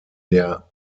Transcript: der